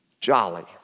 jolly